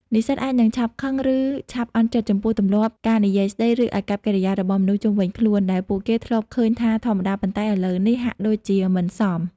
និស្សិតអាចនឹងឆាប់ខឹង ឬឆាប់អន់ចិត្តចំពោះទម្លាប់ការនិយាយស្តី ឬអាកប្បកិរិយារបស់មនុស្សជុំវិញខ្លួន ដែលពួកគេធ្លាប់ឃើញថាធម្មតា ប៉ុន្តែឥឡូវនេះហាក់ដូចជាមិនសម។